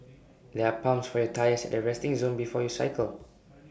there are pumps for your tyres at the resting zone before you cycle